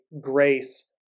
grace